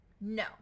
No